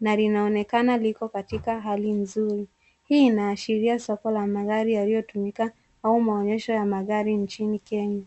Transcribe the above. na linaonekana liko katika hali nzuri. Hii inaashiria soko la magari yaliyotumika au maonyesho ya magari nchini Kenya.